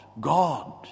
God